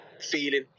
feeling